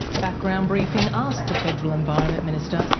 background briefing asked the federal environment minister,